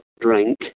drink